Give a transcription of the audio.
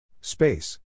Space